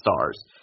Stars